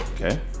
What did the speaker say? Okay